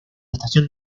estación